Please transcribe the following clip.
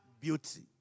beauty